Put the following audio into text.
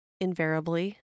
invariably